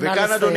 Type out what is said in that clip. נא לסיים.